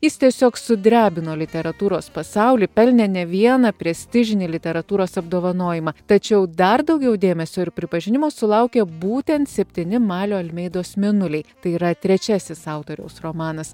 jis tiesiog sudrebino literatūros pasaulį pelnė ne vieną prestižinį literatūros apdovanojimą tačiau dar daugiau dėmesio ir pripažinimo sulaukė būtent septyni malio almeidos mėnuliai tai yra trečiasis autoriaus romanas